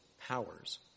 powers